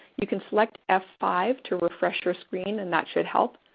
you can select f five to refresh your screen and that should help.